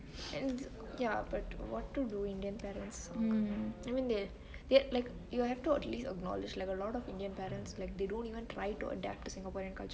ya but what to do indian parents I mean they like you have to at least acknowledge like a lot of indian parents they don't try to at least adapt to singaporean culture